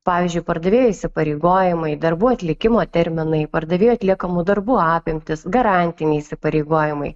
pavyzdžiui pardavėjo įsipareigojimai darbų atlikimo terminai pardavėjo atliekamų darbų apimtys garantiniai įsipareigojimai